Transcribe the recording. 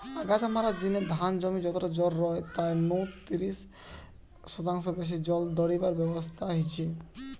আগাছা মারার জিনে ধান জমি যতটা জল রয় তাই নু তিরিশ শতাংশ বেশি জল দাড়িবার ব্যবস্থা হিচে